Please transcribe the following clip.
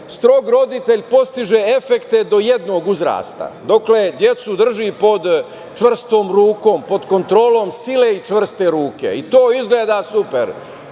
strog roditelj postiže efekte do jednog uzrasta, dokle decu drži pod čvrstom rukom, pod kontrolom sile i čvrste ruke. To izgleda super,